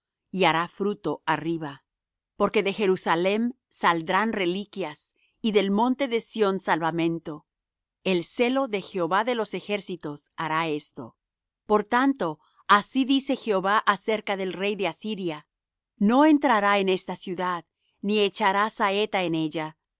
y hará fruto arriba porque de jerusalem saldrán reliquias y del monte de sión salvamento el celo de jehová de los ejércitos hará esto por tanto así dice jehová acerca del rey de asiria no entrará en esta ciudad ni echará saeta en ella no